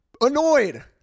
Annoyed